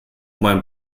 mein